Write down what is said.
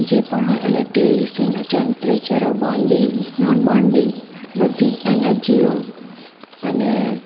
જે પણ હોય અને તે વિશેના ટેમ્પરેચરો બોન્ડિંગ નોન બોન્ડિંગ બધી એનર્જીઓ અને